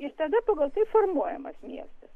ir tada pagal tai formuojamas miestas